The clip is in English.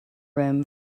room